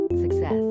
success